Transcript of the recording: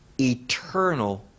eternal